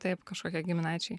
taip kažkokie giminaičiai